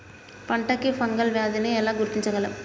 పంట కి ఫంగల్ వ్యాధి ని ఎలా గుర్తించగలం?